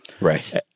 Right